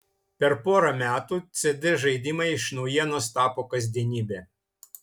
per porą metų cd žaidimai iš naujienos tapo kasdienybe